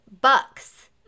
bucks